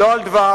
לא על דבש,